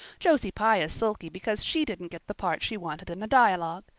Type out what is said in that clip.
josie pye is sulky because she didn't get the part she wanted in the dialogue.